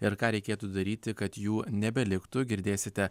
ir ką reikėtų daryti kad jų nebeliktų girdėsite